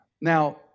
Now